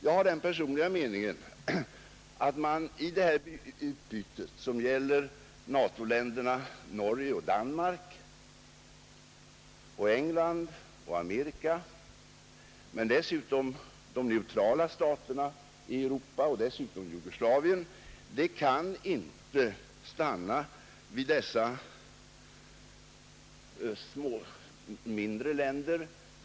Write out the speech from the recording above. Jag anser personligen att detta utbyte, som gäller NATO-länderna Norge och Danmark samt England och Amerika och dessutom de neutrala staterna i Europa inklusive Jugoslavien, inte bör begränsas till mindre länder.